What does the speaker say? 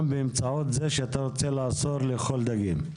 באמצעות זה שאתה רוצה לאסור לאכול דגים?